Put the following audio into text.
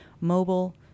mobile